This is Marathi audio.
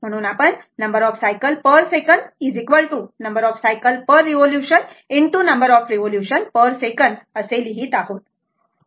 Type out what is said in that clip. म्हणूनआपण number of cycle per second number of cycle per revolution ✖ number of revolution per second लिहीत आहोत बरोबर